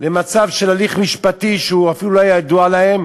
למצב של הליך משפטי שאפילו לא היה ידוע להם